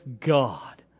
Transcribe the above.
God